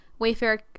Wayfair